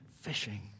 fishing